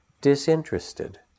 disinterested